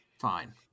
fine